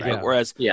Whereas